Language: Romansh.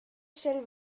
sch’el